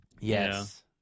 yes